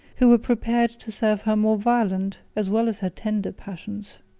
who were prepared to serve her more violent, as well as her tender passions.